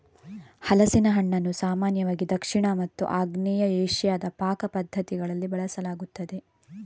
ಹಲಸಿನ ಹಣ್ಣನ್ನು ಸಾಮಾನ್ಯವಾಗಿ ದಕ್ಷಿಣ ಮತ್ತು ಆಗ್ನೇಯ ಏಷ್ಯಾದ ಪಾಕ ಪದ್ಧತಿಗಳಲ್ಲಿ ಬಳಸಲಾಗುತ್ತದೆ